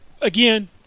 again